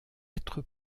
être